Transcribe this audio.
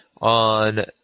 on